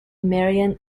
marion